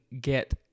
get